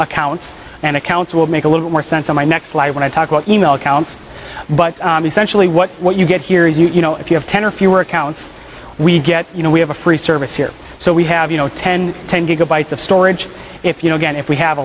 accounts and accounts will make a little more sense in my next life when i talk about e mail accounts but centrally what what you get here is you know if you have ten or fewer accounts we get you know we have a free service here so we have you know ten ten gigabytes of storage if you know again if we ha